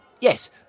Yes